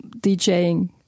DJing